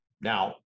Now